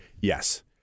yes